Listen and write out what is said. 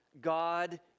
God